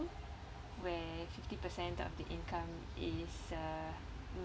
where fifty percent of the income is uh